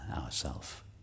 ourself